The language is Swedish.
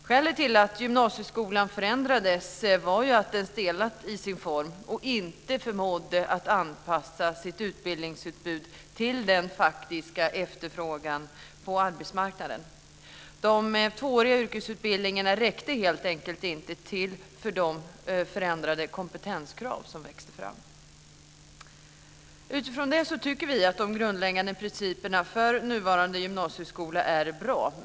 Skälet till att gymnasieskolan förändrades var att den stelnat i sin form och inte förmådde att anpassa sitt utbildningsutbud till den faktiska efterfrågan på arbetsmarknaden. De tvååriga yrkesutbildningarna räckte helt enkelt inte till för de förändrade kompetenskrav som växte fram. Utifrån detta tycker vi att de grundläggande principerna för den nuvarande gymnasieskolan är bra.